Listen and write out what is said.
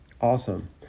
Awesome